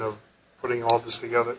of putting all this together